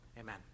Amen